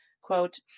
quote